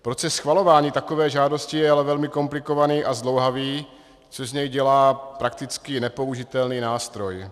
Proces schvalování takové žádosti je ale velmi komplikovaný a zdlouhavý, což z něj dělá prakticky nepoužitelný nástroj.